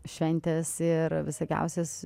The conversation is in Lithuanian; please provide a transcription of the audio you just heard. šventės ir visokiausios